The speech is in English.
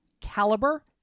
caliber